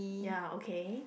ya okay